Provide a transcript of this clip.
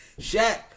Shaq